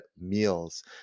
meals